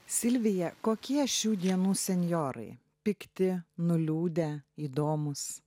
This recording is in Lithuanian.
silvija kokie šių dienų senjorai pikti nuliūdę įdomūs